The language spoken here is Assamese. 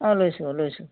অঁ লৈছোঁ লৈছোঁ